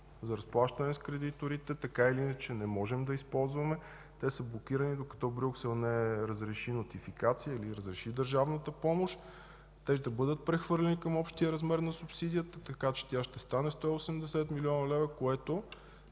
за разплащане с кредиторите, така или иначе не можем да използваме – те са блокирани, докато Брюксел не разреши нотификация или разреши държавната помощ, те ще бъдат прехвърлени към общия размер на субсидията, така че тя ще стане 180 млн. лв., което